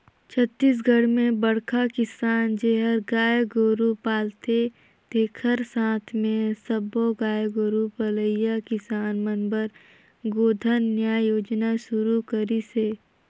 छत्तीसगढ़ में बड़खा किसान जेहर गाय गोरू पालथे तेखर साथ मे सब्बो गाय गोरू पलइया किसान मन बर गोधन न्याय योजना सुरू करिस हे